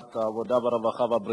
את התקציבים והקריטריונים,